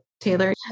Taylor